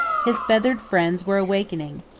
his feathered friends were awakening.